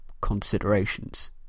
considerations